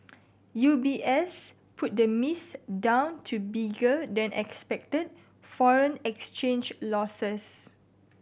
U B S put the miss down to bigger than expected foreign exchange losses